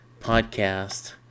podcast